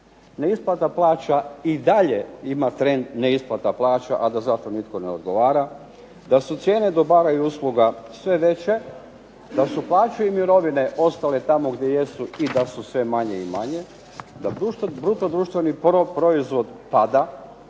neisplata plaća ima i dalje ima trend neisplata plaća, a da za to nitko ne odgovara, da su cijene dobara i usluga sve veće, da su plaće i mirovine ostale tamo gdje jesu i da su sve manje i manje, da bruto društveni proizvod pada,